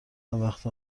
وقت